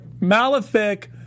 Malefic